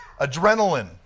Adrenaline